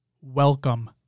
Welcome